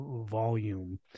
volume